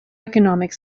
economic